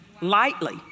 lightly